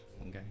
Okay